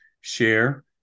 share